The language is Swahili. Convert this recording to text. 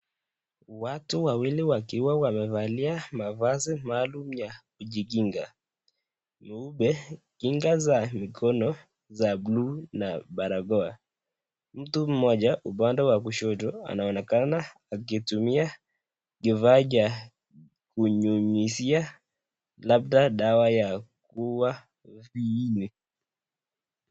Watu wawili wakiwa wamevalia mavazi maalum ya kujikinga, nyeupe kinga za mikono za buluu, na barakoa. Mtu mmoja upande wa kushoto anaonekana akitumia kifaa cha kunyunyizia labda dawa ya kuua fiini.